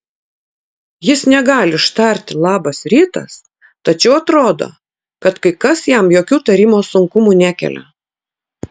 jis negali ištarti labas rytas tačiau atrodo kad kai kas jam jokių tarimo sunkumų nekelia